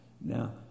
Now